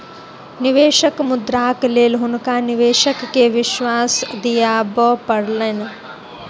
निवेशक मुद्राक लेल हुनका निवेशक के विश्वास दिआबय पड़लैन